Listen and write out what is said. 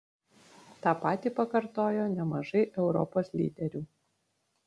tą patį pakartojo nemažai europos lyderių